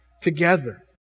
Together